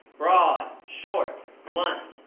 broad, short, blunt,